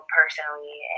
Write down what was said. personally